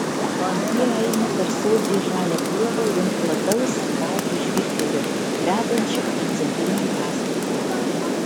jie eina per sodriai žalią pievą link plataus balto žvyrkelio vedančio į centrinį pastatą